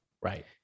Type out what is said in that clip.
Right